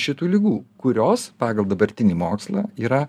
šitų ligų kurios pagal dabartinį mokslą yra